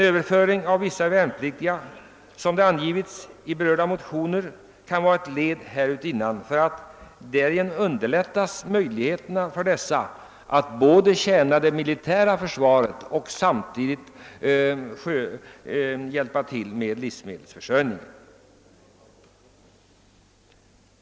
Såsom angivits i berörda motioner kan en överföring av vissa värnpliktiga vara ett led härutinnan, ty därigenom underlättas möjligheterna för dessa att både tjäna det militära försvaret och samtidigt hjälpa till med livsmedelsförsörjningen.